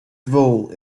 vole